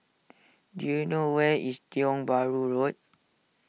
do you know where is Tiong Bahru Road